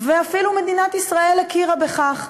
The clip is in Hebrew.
ואפילו מדינת ישראל הכירה בכך.